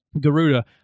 Garuda